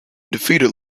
defeated